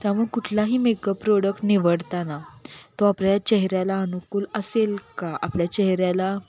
त्यामुळे कुठलाही makeup product निवडताना तो आपल्या चेहऱ्याला अनुकूल असेल का आपल्या चेहऱ्याला